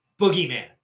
boogeyman